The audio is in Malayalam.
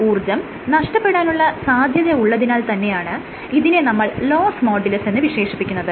ഊർജം നഷ്ടപ്പെടാനുള്ള സാധ്യത ഉള്ളതിനാൽ തന്നെയാണ് ഇതിനെ നമ്മൾ ലോസ്സ് മോഡുലസ് എന്ന് വിശേഷിപ്പിക്കുന്നത്